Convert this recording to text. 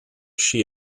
she